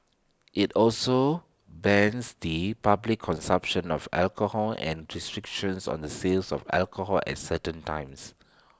IT also bans the public consumption of alcohol and restrictions on the sales of alcohol at certain times